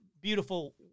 beautiful